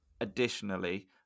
Additionally